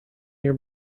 your